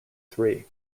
three